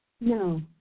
No